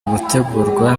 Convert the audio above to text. gutegurwa